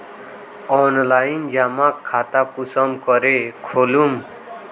Online जमा खाता कुंसम करे खोलूम?